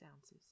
ounces